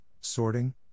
sorting